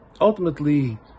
ultimately